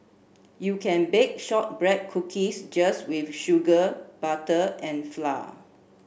you can bake shortbread cookies just with sugar butter and flour